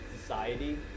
society